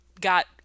got